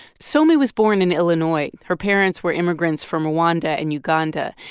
somi was born in illinois. her parents were immigrants from rwanda and uganda.